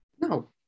No